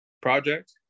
project